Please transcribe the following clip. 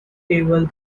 table